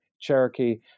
Cherokee